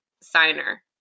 signer